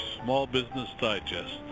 smallbusinessdigest